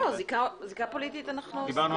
לדעתי